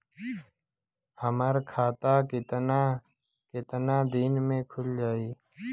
हमर खाता कितना केतना दिन में खुल जाई?